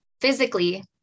physically